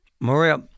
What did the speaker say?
Maria